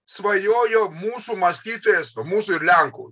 svajojo mūsų mąstytojas mūsų ir lenkų